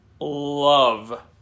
love